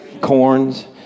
corns